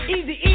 Easy